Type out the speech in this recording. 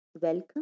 Welcome